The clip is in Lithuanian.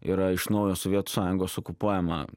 yra iš naujo sovietų sąjungos okupuojama